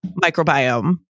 microbiome